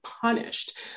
punished